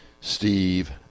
steve